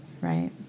right